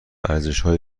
ارزشهای